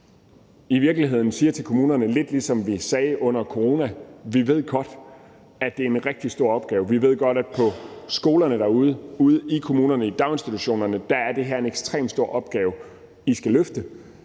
en række områder siger til kommunerne, lidt ligesom vi sagde under corona: Vi godt ved, at det er en rigtig stor opgave; vi ved godt, at det for jer på skolerne derude i kommunerne og i daginstitutionerne er en ekstremt stor opgave, I skal løfte;